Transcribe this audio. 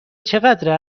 چقدر